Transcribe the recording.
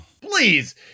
Please